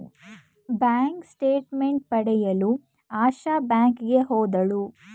bank statement ಪಡೆಯಲು ಆಶಾ ಬ್ಯಾಂಕಿಗೆ ಹೋದಳು